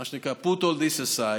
מה שנקרא put all this aside,